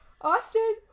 Austin